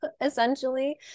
essentially